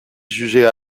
juger